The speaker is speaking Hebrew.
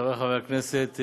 חברי הכנסת,